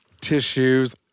tissues